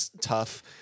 tough